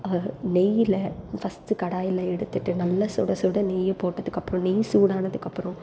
நெய்ல ஃபஸ்ட் கடாயில எடுத்துட்டு நல்ல சுட சுட நெய்யை போட்டதுக்கப்புறம் நெய் சூடானதுக்கப்புறம்